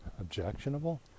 objectionable